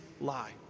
lie